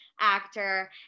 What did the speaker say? actor